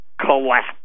collapse